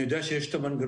אני יודע שיש את המנגנונים.